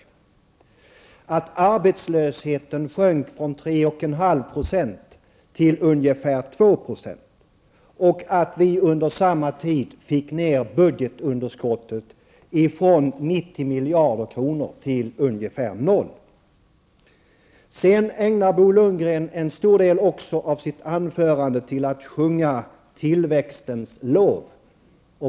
Han ''glömde bort'' att arbetslösheten sjönk från 3 1/2 % till ungefär 2 %. Han ''glömde bort'' att vi under samma tid fick ned budgetunderskottet från 90 Sedan ägnade Bo Lundgren också en stor del av sitt anförande åt att sjunga tillväxtens lov.